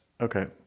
okay